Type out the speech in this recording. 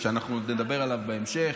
שאנחנו עוד נדבר עליו בהמשך.